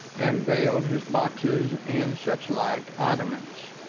and veiled his boxes and suchlike oddments,